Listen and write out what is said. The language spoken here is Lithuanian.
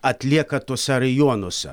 atlieka tuose rajonuose